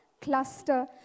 cluster